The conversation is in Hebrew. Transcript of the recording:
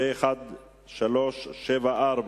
פ/1374,